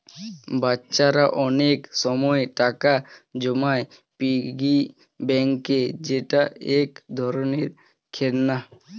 বাচ্চারা অনেক সময় টাকা জমায় পিগি ব্যাংকে যেটা এক ধরনের খেলনা